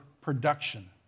production